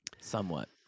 Somewhat